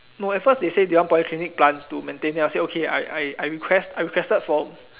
no at first they say they want polyclinic plants to maintain then I say okay I I I request requested for